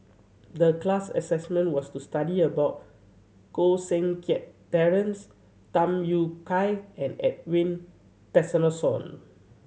the class assessment was to study about Koh Seng Kiat Terence Tham Yui Kai and Edwin Tessensohn